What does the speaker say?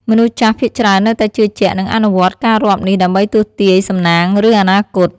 មនុស្សចាស់ភាគច្រើននៅតែជឿជាក់ និងអនុវត្តការរាប់នេះដើម្បីទស្សន៍ទាយសំណាង ឬអនាគត។